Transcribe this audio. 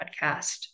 Podcast